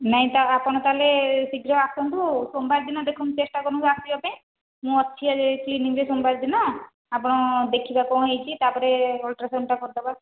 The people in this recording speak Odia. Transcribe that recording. ନାହିଁ ଆପଣ ତା'ହେଲେ ଶୀଘ୍ର ଆସନ୍ତୁ ସୋମବାର ଦିନ ଦେଖନ୍ତୁ ଚେଷ୍ଟା କରନ୍ତୁ ଆସିବା ପାଇଁ ମୁଁ ଅଛି ଆଜି କ୍ଲିନିକରେ ସୋମବାର ଦିନ ଆପଣ ଦେଖିବା କ'ଣ ହୋଇଛି ତା'ପରେ ଅଲଟ୍ରାସାଉଣ୍ଡଟା କରିଦେବା